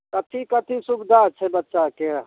कथी कथी सुविधा छै बच्चाके